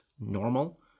normal